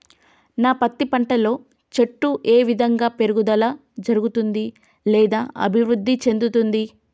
నా పత్తి పంట లో చెట్టు ఏ విధంగా పెరుగుదల జరుగుతుంది లేదా అభివృద్ధి చెందుతుంది?